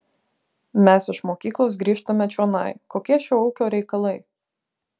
mes iš mokyklos grįžtame čionai kokie šio ūkio reikalai